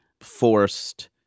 forced